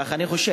כך אני חושב.